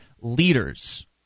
leaders